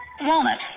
Walnut